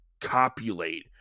copulate